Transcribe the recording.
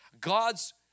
god's